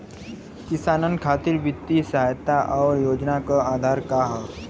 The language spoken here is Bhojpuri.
किसानन खातिर वित्तीय सहायता और योजना क आधार का ह?